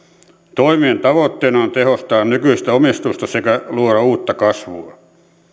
toimien tavoitteena on tehostaa nykyistä omistusta sekä luoda uutta kasvua